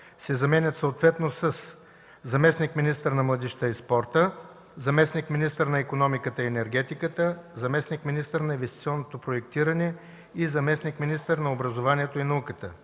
се заменят съответно със „заместник-министър на младежта и спорта”, „заместник-министър на икономиката и енергетиката”, „заместник-министър на инвестиционното проектиране” и „заместник-министър на образованието и науката”.